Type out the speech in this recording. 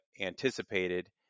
anticipated